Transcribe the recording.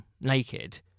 naked